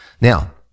Now